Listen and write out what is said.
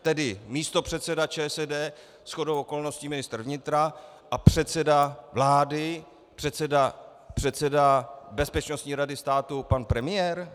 Tedy místopředseda ČSSD, shodou okolností ministr vnitra a předseda vlády, předseda Bezpečnostní rady státu, pan premiér?